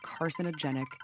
carcinogenic